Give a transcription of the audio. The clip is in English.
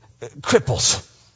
cripples